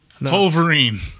Wolverine